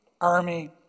army